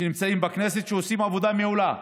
שנמצאים בכנסת, שעושים עבודה מעולה.